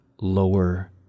lower